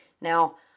now